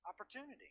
opportunity